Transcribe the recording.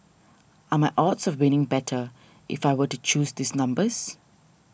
are my odds of winning better if I were to choose these numbers